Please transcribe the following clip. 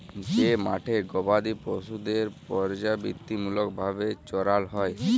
যে মাঠে গবাদি পশুদের পর্যাবৃত্তিমূলক ভাবে চরাল হ্যয়